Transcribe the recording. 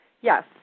Yes